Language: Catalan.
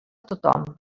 tothom